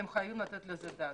אתם חייבים לתת על זה את הדעת.